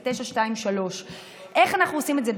את 923. איך אנחנו עושים את זה?